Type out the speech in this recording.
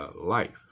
life